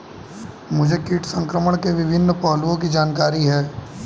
मुझे कीट संक्रमण के विभिन्न पहलुओं की जानकारी है